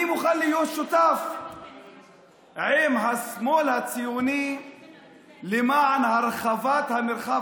אני מוכן להיות שותף עם השמאל הציוני למען הרחבת המרחב